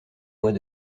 mois